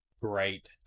great